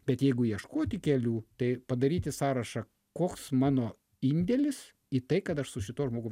bet jeigu ieškoti kelių tai padaryti sąrašą koks mano indėlis į tai kad aš su šituo žmogum